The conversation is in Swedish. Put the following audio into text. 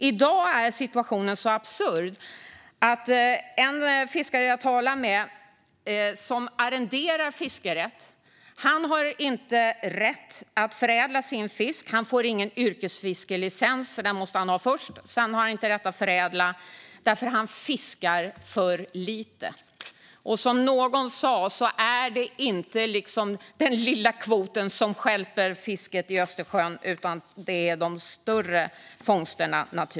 I dag är situationen så absurd att en fiskare som jag talade med, som arrenderar fiskerätt, inte har rätt att förädla sin fisk. Han får ingen yrkesfiskelicens - den måste han ha först - och sedan har han inte rätt att förädla därför att han fiskar för lite. Som någon sa är det inte den lilla kvoten som stjälper fisket i Östersjön utan naturligtvis de större fångsterna.